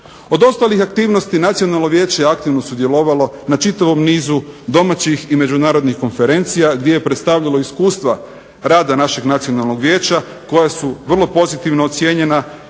Od ostalih aktivnosti nacionalno vijeće je aktivno sudjelovalo na čitavom nizu domaćih i međunarodnih konferencija, gdje je predstavilo iskustava rada našeg nacionalnog vijeća, koja su vrlo pozitivno ocijenjena